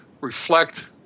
reflect